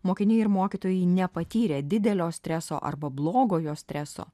mokiniai ir mokytojai nepatyrė didelio streso arba blogojo streso